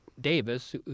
Davis